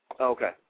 Okay